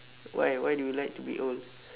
why why do you like to be old